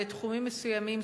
בתחומים מסוימים,